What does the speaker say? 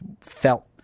felt